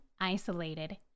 isolated